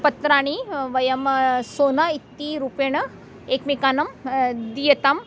पत्राणि वयं सोना इति रूपेण एकमेकानां दीयताम्